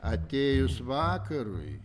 atėjus vakarui